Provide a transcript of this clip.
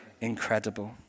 incredible